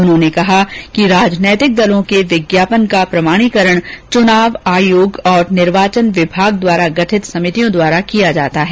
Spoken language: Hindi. उन्होंने कहा कि राजनैतिक दलों के विज्ञापन का प्रमाणीकरण चुनाव आयोग और निर्वाचन विभाग द्वारा गठित समितियों के द्वारा किया जाता है